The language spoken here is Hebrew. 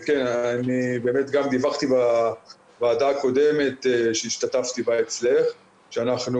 דיווחתי בישיבת הוועדה הקודמת בה השתתפתי שאנחנו